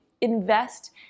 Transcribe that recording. Invest